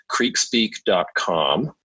creekspeak.com